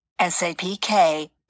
Sapk